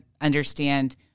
understand